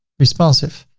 responsive,